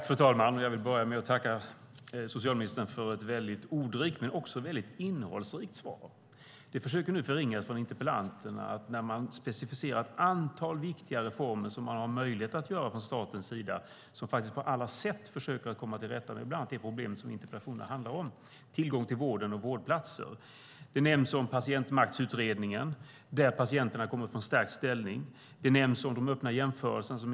Fru talman! Jag vill börja med att tacka socialministern för ett väldigt ordrikt men också väldigt innehållsrikt svar. Det försöker nu förringas från interpellanterna att man specificerat ett antal viktiga reformer som man har möjlighet att göra från statens sida. Den försöker på alla sätt komma till rätta med bland annat de problem som interpellationerna handlar om - tillgång till vården och vårdplatser. Patientmaktsutredningen nämns, där det föreslås att patienterna kommer att få en stärkt ställning. De öppna jämförelserna nämns.